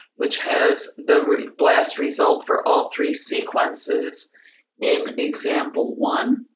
which has the blast result for all three sequences in example one.